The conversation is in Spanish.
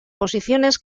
posiciones